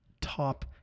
top